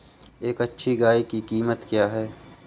एक अच्छी गाय की कीमत क्या है?